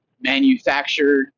manufactured